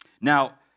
Now